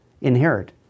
inherit